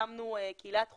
הקמנו קהילת חוקרים,